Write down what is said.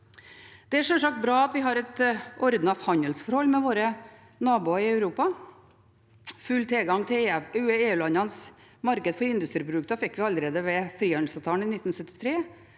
Det er sjølsagt bra at vi har et ordnet handelsforhold med våre naboer i Europa. Full tilgang til EU-landenes marked for industriprodukter fikk vi allerede ved frihandelsavtalen i 1973,